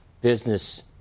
business